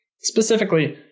Specifically